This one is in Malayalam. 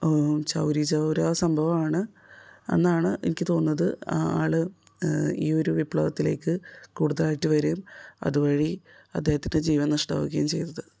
ചൗരി ചൗരാ സംഭവമാണ് എന്നാണ് എനിക്ക് തോന്നുന്നത് ആ ആൾ ഈ ഒരു വിപ്ലവത്തിലേക്ക് കൂടുതലായിട്ട് വരുകയും അതുവഴി അദ്ദേഹത്തിൻ്റെ ജീവൻ നഷ്ടമാവുകയും ചെയ്തത്